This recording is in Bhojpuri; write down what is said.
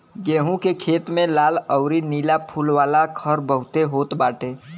गेंहू के खेत में लाल अउरी नीला फूल वाला खर बहुते होत बाटे